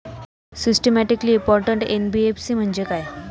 Systematically important NBFC म्हणजे काय?